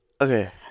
Okay